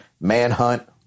Manhunt